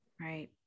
right